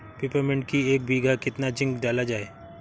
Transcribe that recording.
Peppermint की एक बीघा कितना जिंक डाला जाए?